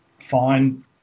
fine